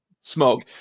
smoke